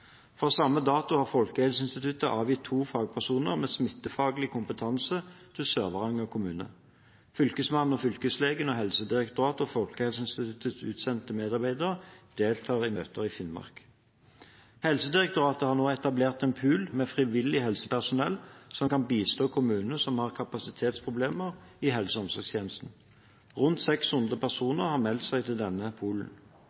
Fra samme dato har Folkehelseinstituttet avgitt to fagpersoner med smittefaglig kompetanse til Sør-Varanger kommune. Fylkesmannen/fylkeslegen og Helsedirektoratets og Folkehelseinstituttets utsendte medarbeidere deltar i møter i Finnmark. Helsedirektoratet har nå etablert en pool med frivillig helsepersonell som kan bistå kommunene som har kapasitetsproblemer i helse- og omsorgstjenesten. Rundt 600 personer har meldt seg til denne